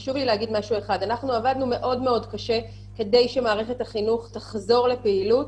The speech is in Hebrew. חשוב לי להגיד שעבדנו מאוד מאוד קשה כדי שמערכת החינוך תחזור לפעילות.